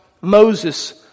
Moses